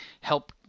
help